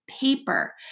paper